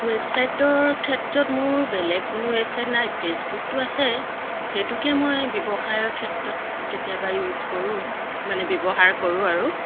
ৱেবচাইটৰ ক্ষেত্ৰত মোৰ বেলেগ কোনো ৱেবচাইট নাই ফেচবুকটো আছে সেইটোকে মই ব্যৱসায়ৰ ক্ষেত্ৰত কেতিয়াবা ইউজ কৰোঁ মানে ব্যৱহাৰ কৰোঁ আৰু